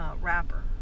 wrapper